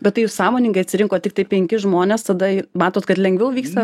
bet tai jūs sąmoningai atsirinkot tiktai penkis žmones tada matot kad lengviau vyksta